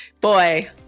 Boy